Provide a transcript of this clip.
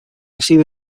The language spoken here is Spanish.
sido